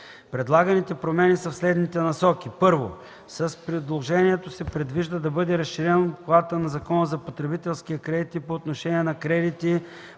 Предлаганите промени са в следните насоки: 1. С предложението се предвижда да бъде разширен обхватът на Закона за потребителския кредит и по отношение на кредити